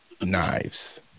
knives